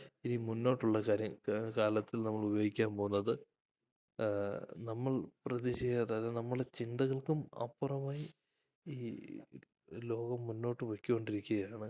ഇനി മുന്നോട്ടുള്ള കാര്യങ്ങൾക്ക് കാലത്തിൽ നമ്മൾ ഉപയോഗിക്കാൻ പോകുന്നത് നമ്മൾ പ്രതീഷിക്കാത്ത അത് നമ്മുടെ ചിന്തകൾക്കും അപ്പുറമായി ഈ ലോകം മുന്നോട്ട് പോയി കൊണ്ടിരിക്കുക ആണ്